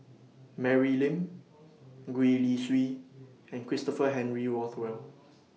Mary Lim Gwee Li Sui and Christopher Henry Rothwell